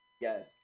Yes